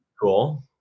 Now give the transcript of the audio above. Cool